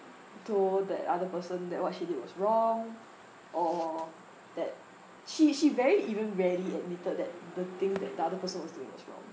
told that other person that what she did was wrong or that she she rarely even rarely admitted that the thing that the other person was doing was wrong